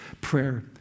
prayer